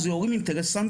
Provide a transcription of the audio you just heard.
אז זה הורים אינטרסנטיים,